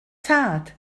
tad